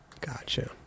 Gotcha